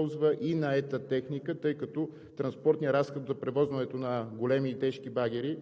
Ви, тъй като обектите са на територията на цялата страна, на места се използва и наета техника, тъй като транспортния разход за превозването на големи и тежки багери,